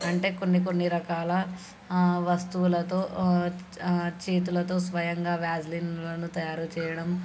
అంటే కొన్ని కొన్ని రకాల వస్తువులతో చేతులతో స్వయంగా వాసిలిన్లను తయారు చేయడం